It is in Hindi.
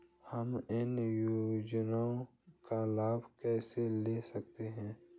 हम इन योजनाओं का लाभ कैसे ले सकते हैं?